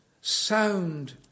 sound